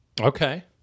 Okay